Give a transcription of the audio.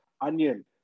onion